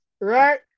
right